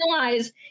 realize